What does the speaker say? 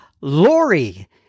Lori